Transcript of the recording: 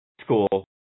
school